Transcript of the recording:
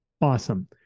awesome